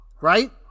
Right